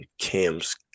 Cam's